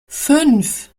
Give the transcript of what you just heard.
fünf